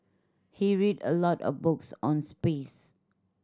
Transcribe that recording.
he read a lot of books on space